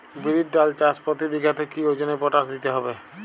বিরির ডাল চাষ প্রতি বিঘাতে কি ওজনে পটাশ দিতে হবে?